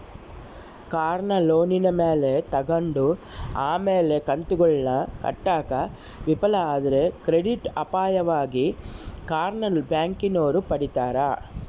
ಕಾರ್ನ ಲೋನಿನ ಮ್ಯಾಲೆ ತಗಂಡು ಆಮೇಲೆ ಕಂತುಗುಳ್ನ ಕಟ್ಟಾಕ ವಿಫಲ ಆದ್ರ ಕ್ರೆಡಿಟ್ ಅಪಾಯವಾಗಿ ಕಾರ್ನ ಬ್ಯಾಂಕಿನೋರು ಪಡೀತಾರ